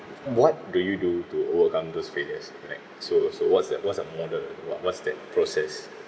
what do you do to overcome those failures like so so what's that what's the model what's that process